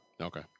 Okay